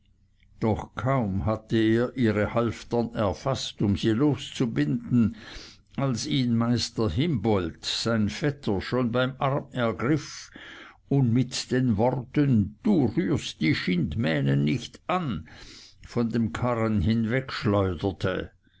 doch kaum hatte er ihre halftern erfaßt um sie loszubinden als ihn meister himboldt sein vetter schon beim arm ergriff und mit den worten du rührst die schindmähren nicht an von dem karren